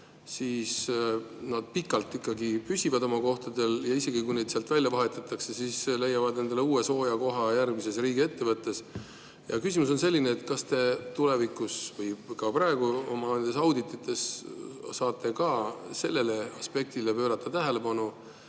püsivad nad pikalt ikkagi oma [ameti]kohtadel. Isegi kui neid sealt välja vahetatakse, siis leiavad nad endale uue sooja koha järgmises riigiettevõttes. Küsimus on selline: kas te tulevikus või praegu oma auditites saate ka sellele aspektile pöörata tähelepanu